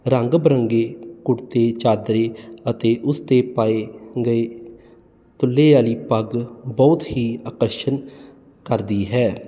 ਰੰਗ ਬਰੰਗੇ ਕੁੜਤੇ ਚਾਦਰੇ ਅਤੇ ਉਸਦੇ ਪਾਏ ਗਏ ਤੁਲੇ ਵਾਲੀ ਪੱਗ ਬਹੁਤ ਹੀ ਆਕਰਸ਼ਣ ਕਰਦੀ ਹੈ